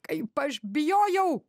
kaip aš bijojau